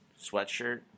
Sweatshirt